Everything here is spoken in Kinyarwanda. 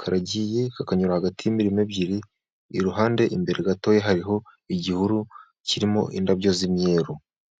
Karagiye kakanyura hagati y'imima ibiri iruhande imbere gato hariho igihuru kirimo indabyo z'imyeru.